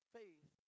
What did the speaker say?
faith